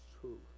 true